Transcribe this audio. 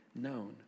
known